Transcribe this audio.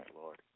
Lord